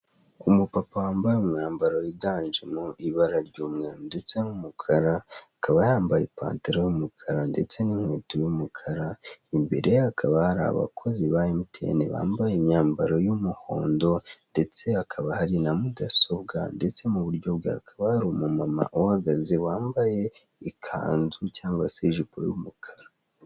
Umupapa wambaye umwambaro wiganjemo ibara ry'umweru ndetse n'umukara, akaba yambaye ipantaro y'umukara ndetse n'inkweto y'umukara, imbere ye hakaba hari abakozi ba emutiyeni bambaye imyambaro y'umuhondo, ndetse hakaba hari na mudasobwa, ndetse mu buryo bwe hakaba hari umumama uhagaze, wambaye ikanzu cyangwa se ijipo y'umukara.